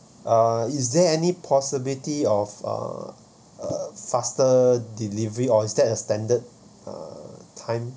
uh is there any possibility of uh uh faster delivery or is that a standard uh time